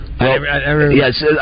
Yes